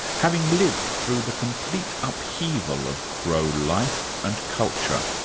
having lived through the complete upheaval of crow life and culture.